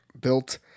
built